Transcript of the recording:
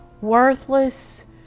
worthless